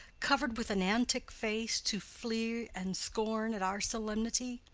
cover'd with an antic face, to fleer and scorn at our solemnity?